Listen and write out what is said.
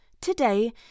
today